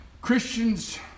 Christians